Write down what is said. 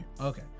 Okay